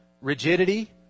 rigidity